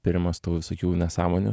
primąstau visokių nesąmonių